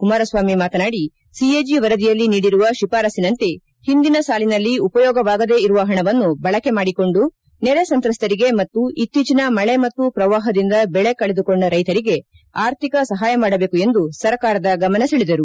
ಕುಮಾರಸ್ವಾಮಿ ಮಾತನಾಡಿ ಸಿಎಜಿ ವರದಿಯಲ್ಲಿ ನೀಡಿರುವ ಶಿಫಾರಸ್ಸಿನಂತೆ ಹಿಂದಿನ ಸಾಲಿನಲ್ಲಿ ಉಪಯೋಗವಾಗದೆ ಇರುವ ಪಣವನ್ನು ಬಳಕೆ ಮಾಡಿಕೊಂಡು ನೆರೆ ಸಂತ್ರಸ್ತರಿಗೆ ಮತ್ತು ಇತ್ತೀಚಿನ ಮಳೆ ಮತ್ತು ಪ್ರವಾಪದಿಂದ ಬೆಳೆ ಕಳೆದುಕೊಂಡ ರೈತರಿಗೆ ಆರ್ಥಿಕ ಸಹಾಯ ಮಾಡಬೇಕು ಎಂದು ಸರ್ಕಾರದ ಗಮನ ಸೆಳೆದರು